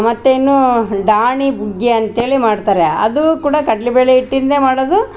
ಮತ್ತು ಇನ್ನು ಡಾಣಿಗುಗ್ಯ ಅಂತ್ಹೇಳಿ ಮಾಡ್ತಾರೆ ಅದು ಕೂಡ ಕಡ್ಲೆಬೇಳೆ ಹಿಟ್ಟಿಂದ ಮಾಡದು